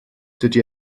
dydy